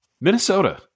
Minnesota